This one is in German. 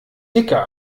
dicker